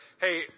hey